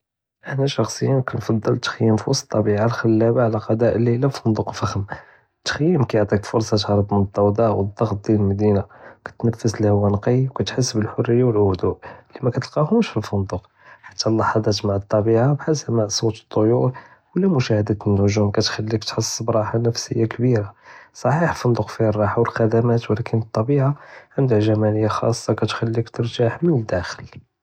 אנא שחסיאן כנפעל אלתח'ים פווסט אלטביעה אלחלבה עלא קצא לילא פי פונדוק פח'ם. אלתח'ים כיעטיכ פורסה תהרב מן אלדוד'א ואלדע'ט דיאל אלמדינה, כתנפאס אלהווא נקי וכתחס בלהריה ואלهدוא אללי מתלקאהמש פי אלפונדוק. חתא אלעז'את מעא אלטביעה בכאל סמיע סוט אלט'יור ולא מושאדה אלנג'ום כתחליק תחס בראה נפסיה כבירה. סחיח אלפונדוק פי'ה אלרחה ואלח'דמא, ולקין אלטביעה ענדה ג'מאלה חאסה כתחליק תרתח מן אלאדלן.